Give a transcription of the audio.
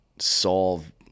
solve